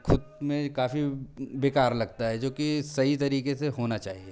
खुद में काफ़ी बेकार लगता है जो कि सही तरीके से होना चाहिए